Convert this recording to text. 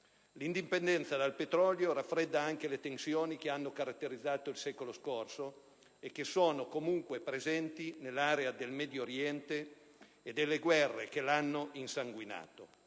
l'indipendenza dal petrolio raffredda anche le tensioni che hanno caratterizzato il secolo scorso e che sono comunque presenti nell'area del Medio Oriente e delle guerre che l'hanno insanguinato.